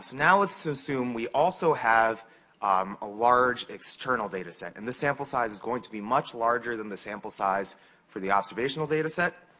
now, let's assume we also have um a large, external data set. and the sample size is going to be much larger than the sample size for the observational data set.